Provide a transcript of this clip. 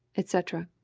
etc.